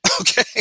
okay